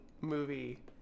movie